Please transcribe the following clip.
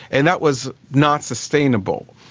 and that was not sustainable.